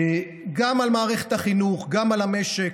גם על מערכת החינוך, גם על המשק.